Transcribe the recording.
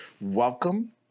welcome